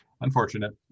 Unfortunate